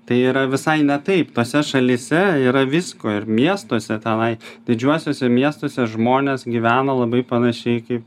tai yra visai ne taip tose šalyse yra visko ir miestuose tenai didžiuosiuose miestuose žmonės gyvena labai panašiai kaip